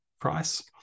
price